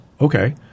okay